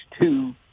two